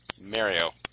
Mario